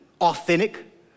authentic